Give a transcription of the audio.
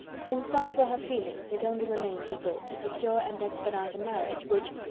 since such were her feelings, it only remained, he thought, to secure and expedite a marriage, which,